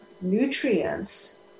nutrients